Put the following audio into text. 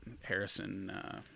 Harrison –